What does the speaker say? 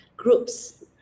Groups